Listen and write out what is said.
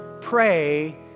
pray